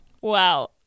wow